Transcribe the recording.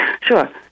Sure